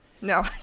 No